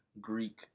Greek